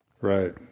Right